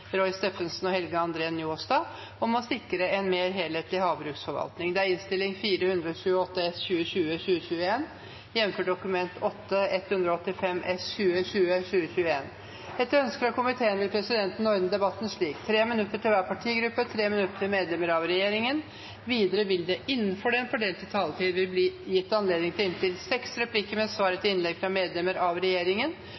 dagens møte, og det anses vedtatt. Etter ønske fra næringskomiteen vil presidenten ordne debatten slik: 3 minutter til hver partigruppe og 3 minutter til medlemmer av regjeringen. Videre vil det – innenfor den fordelte taletid – bli gitt anledning til inntil seks replikker med svar